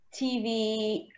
TV